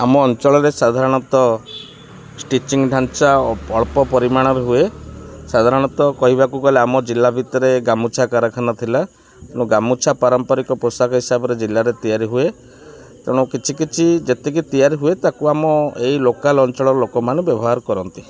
ଆମ ଅଞ୍ଚଳରେ ସାଧାରଣତଃ ଷ୍ଟିଚିଙ୍ଗ ଢାଞ୍ଚା ଅଳ୍ପ ପରିମାଣରେ ହୁଏ ସାଧାରଣତଃ କହିବାକୁ ଗଲେ ଆମ ଜିଲ୍ଲା ଭିତରେ ଗାମୁଛା କାରଖାନା ଥିଲା ତେଣୁ ଗାମୁଛା ପାରମ୍ପରିକ ପୋଷାକ ହିସାବରେ ଜିଲ୍ଲାରେ ତିଆରି ହୁଏ ତେଣୁ କିଛି କିଛି ଯେତିକି ତିଆରି ହୁଏ ତାକୁ ଆମ ଏଇ ଲୋକାଲ୍ ଅଞ୍ଚଳର ଲୋକମାନେ ବ୍ୟବହାର କରନ୍ତି